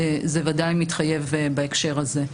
דבר שבוודאי מתחייב בהקשר הזה.